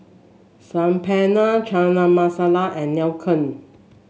Saag Paneer Chana Masala and Nacho